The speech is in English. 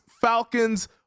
Falcons